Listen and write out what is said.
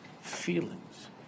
feelings